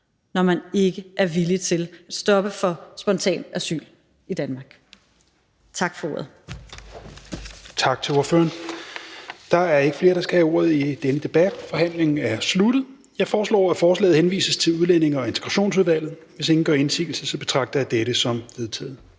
når man ikke er villig til at stoppe for spontant asyl i Danmark. Tak for ordet. Kl. 14:39 Tredje næstformand (Rasmus Helveg Petersen): Tak til ordføreren. Der er ikke flere, der skal have ordet i denne debat, og dermed er forhandlingen sluttet. Jeg foreslår, at forslaget henvises til Udlændinge- og Integrationsudvalget. Hvis ingen gør indsigelse, betragter jeg dette som vedtaget.